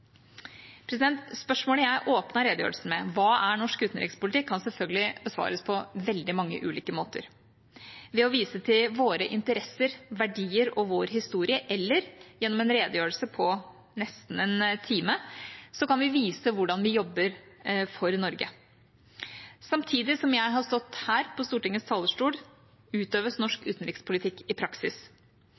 Spørsmålet jeg åpnet redegjørelsen med – hva er norsk utenrikspolitikk? – kan selvfølgelig besvares på veldig mange ulike måter. Ved å vise til våre interesser, verdier og vår historie eller gjennom en redegjørelse på nesten en time, kan vi vise hvordan vi jobber for Norge. Samtidig som jeg står her på Stortingets talerstol, utøves norsk utenrikspolitikk i praksis.